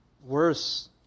Worse